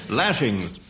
lashings